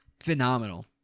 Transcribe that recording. Phenomenal